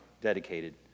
dedicated